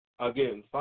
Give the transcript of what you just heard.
Again